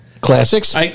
Classics